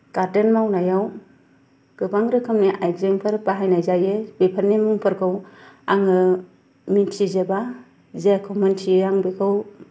garden मावनायाव गोबां रोखोमनो आइजेंफोर बाहायनाय जायो बेफोरनि मुंफोरखौ आङो मिन्थिजोबा जेखौ मिन्थियो आं बेखौ